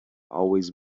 always